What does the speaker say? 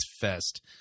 fest